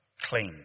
clean